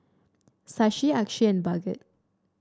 Shashi Akshay and Bhagat